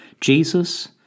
Jesus